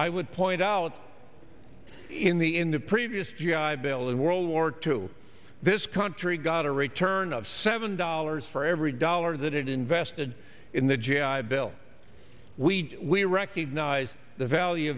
i would point out in the in the previous g i bill in world war two this country got a return of seven dollars for every dollar that it invested in the g i bill we did we recognize the value